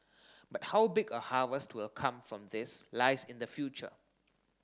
but how big a harvest will come from this lies in the future